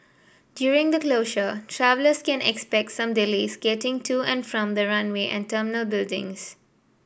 during the closure travellers can expect some delays getting to and from the runway and terminal buildings